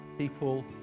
people